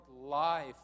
life